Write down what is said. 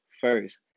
first